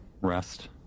rest